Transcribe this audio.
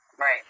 Right